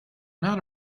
not